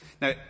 Now